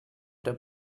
der